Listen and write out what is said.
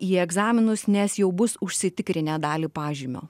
į egzaminus nes jau bus užsitikrinę dalį pažymio